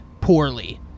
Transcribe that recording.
poorly